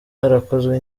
harakozwe